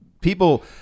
People